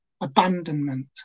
abandonment